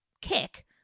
kick